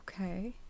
Okay